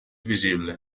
visible